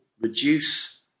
reduce